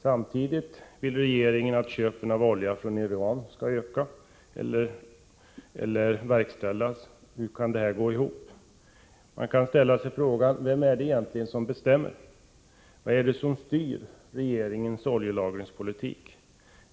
Samtidigt vill regeringen att köpet av olja från Iran skall verkställas. Hur kan detta gå ihop? Man kan fråga sig: Vem är det egentligen som bestämmer? Vad är det som styr regeringens oljelagringspolitik?